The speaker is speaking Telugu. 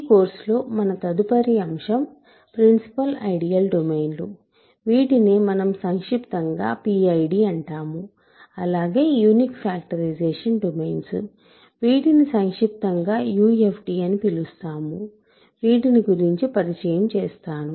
ఈ కోర్సులో మన తదుపరి అంశం ప్రిన్సిపల్ ఐడియల్ డొమైన్లు వీటినే మనం సంక్షిప్తంగా PID అంటాము అలాగే యూనిక్ ఫాక్టరైజేషన్ డొమైన్స్ వీటిని సంక్షిప్తంగా UFD అని పిలుస్తాము వీటిని గురించి పరిచయం చేస్తాను